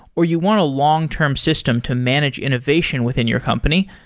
or you want a long-term system to manage innovation within your company,